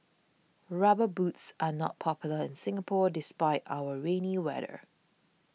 rubber boots are not popular in Singapore despite our rainy weather